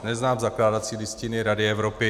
Neznám zakládací listiny Rady Evropy.